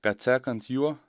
kad sekant juo